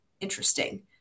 interesting